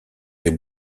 des